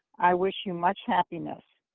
i wish you much happiness.